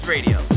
Radio